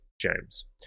James